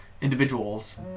individuals